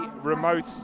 remote